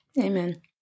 Amen